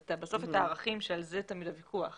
בסוף הוויכוח